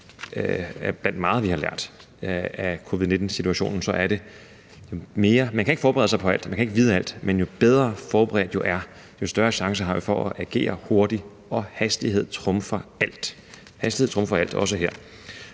blandt meget, vi har lært af covid-19-situationen, er, at man ikke kan forberede sig på alt, man kan ikke vide alt, men at jo bedre forberedt man er, jo større chance har man for at agere hurtigt. Og hastighed trumfer alt – hastighed trumfer alt, også her.